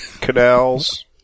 Canals